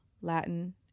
Latin